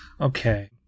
Okay